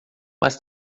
mas